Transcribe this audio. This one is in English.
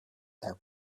their